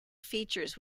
features